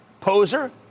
Poser